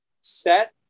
set